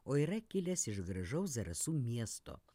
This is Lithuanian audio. o yra kilęs iš gražaus zarasų miesto